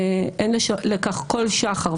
אין לכך כל שחר.